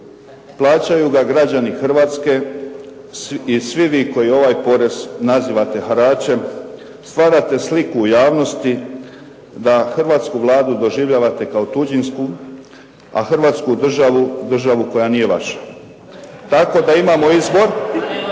Plaćaju ga građani Hrvatske i svi vi koji ovaj porez nazivate haračem stvarate sliku u javnosti da hrvatsku Vladu doživljavate kao tuđinsku, a hrvatsku državu, državu koja nije vaša. Tako da imamo izbor,